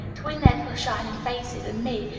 tween their little shining faces and me,